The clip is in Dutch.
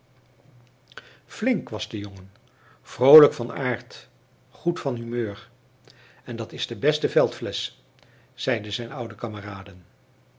flink was de jongen vroolijk van aard goed van humeur en dat is de beste veldflesch zeiden zijn oude kameraden